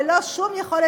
ללא שום יכולת,